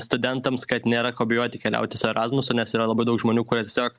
studentams kad nėra ko bijoti keliauti su erasmusu nes yra labai daug žmonių kurie tiesiog